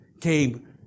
came